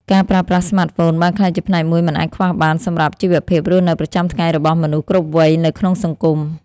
ការប្រើប្រាស់ស្មាតហ្វូនបានក្លាយជាផ្នែកមួយមិនអាចខ្វះបានសម្រាប់ជីវភាពរស់នៅប្រចាំថ្ងៃរបស់មនុស្សគ្រប់វ័យនៅក្នុងសង្គម។